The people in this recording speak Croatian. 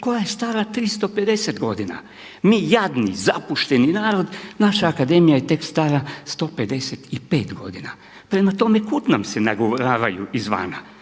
koja je stara 350 godina. Mi jadni zapušteni narod, naša Akademija je tek stara 155 godina. Prema tome, kuda nam se naguravaju izvana?